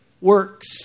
works